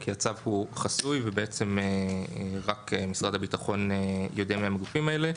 כי הצו הוא חסוי ורק משרד הביטחון יודע מי הם הגופים האלה.